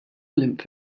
lymph